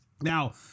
Now